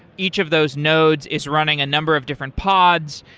each of those nodes is running a number of different pods.